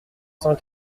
cent